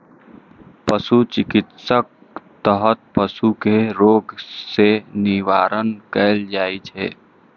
पशु चिकित्साक तहत पशु कें रोग सं निवारण कैल जाइ छै